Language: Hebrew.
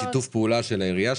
זה שיתוף פעולה של העירייה,